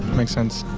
makes sense.